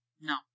No